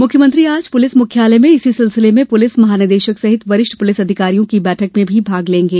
मुख्यमंत्री आज पुलिस मुख्यालय में इसी सिलसिले में पुलिस महानिदेशक सहित वरिष्ठ पुलिस अधिकारियों की बैठक भी लेंगे